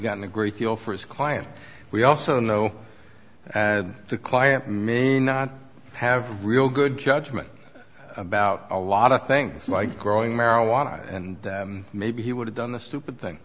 in a great deal for his client we also know the client may not have real good judgment about a lot of things like growing marijuana and maybe he would have done the stupid thing